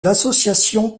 l’association